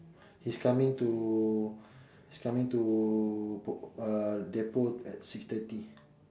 he's coming to he's coming to uh depot at six thirty